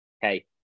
Hey